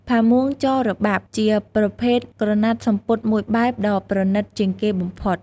ផាមួងចរបាប់ ជាប្រភេទក្រណាត់សំពត់មួយបែបដ៏ប្រណីតជាងគេបំផុត។